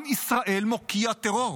עם ישראל מוקיע טרור,